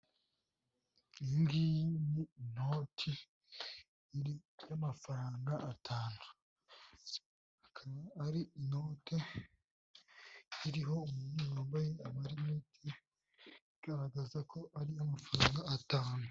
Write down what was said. Iyi ngiyi ni inote y'amafaranga atanu. Akaba ari inote iriho umuntu wambaye amarinete igaragaza ko ari y'amafaranga atanu.